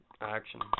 action